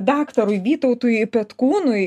daktarui vytautui petkūnui